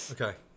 Okay